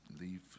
leave